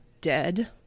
dead